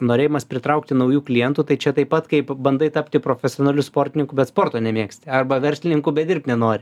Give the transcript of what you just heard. norėjimas pritraukti naujų klientų tai čia taip pat kaip bandai tapti profesionaliu sportininku bet sporto nemėgsti arba verslininku bet dirbt nenori